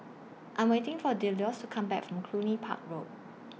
I'm waiting For Delois to Come Back from Cluny Park Road